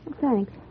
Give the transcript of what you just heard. Thanks